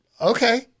okay